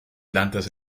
plantas